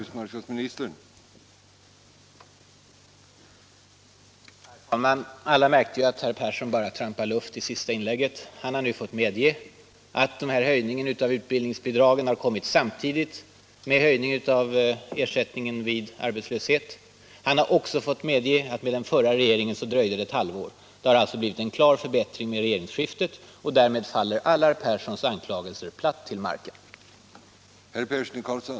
Herr talman! Alla märkte ju att herr Persson i Karlstad bara trampade luft i det sista inlägget. Herr Persson har nu fått medge att höjningen av utbildningsbidraget har kommit samtidigt med höjningen av ersättningen vid arbetslöshet. Han har också fått medge att den förra regeringen dröjde med det ett halvår. Det har alltså blivit en klar förbättring efter regeringsskiftet. Därmed faller alla herr Perssons anklagelser platt till marken.